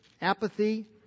apathy